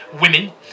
women